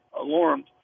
alarmed